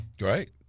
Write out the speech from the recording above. right